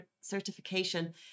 certification